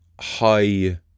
high